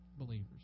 believers